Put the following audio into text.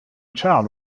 child